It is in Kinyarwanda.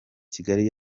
kigali